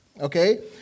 okay